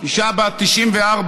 אישה בת 94,